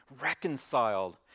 reconciled